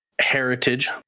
heritage